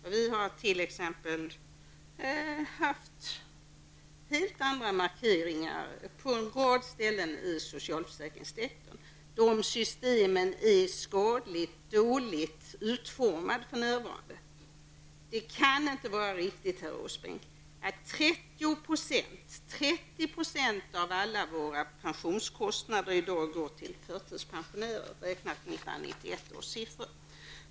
Moderata samlingspartiet har gjort helt andra markeringar på en rad områden inom socialförsäkringssektorn. Systemen är för närvarande skadligt och dåligt utformade. Det kan inte vara riktigt, herr Åsbrink, att 30 % av alla våra pensionsutgifter räknat på 1991 års siffror i dag går till förtidspensionärer.